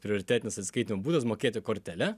prioritetinis atskaitym būdas mokėti kortele